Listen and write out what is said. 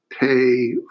pay